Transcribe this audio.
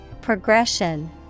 Progression